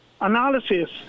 analysis